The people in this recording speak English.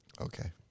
Okay